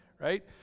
right